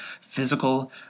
physical